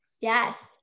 Yes